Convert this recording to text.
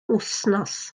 wythnos